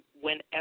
whenever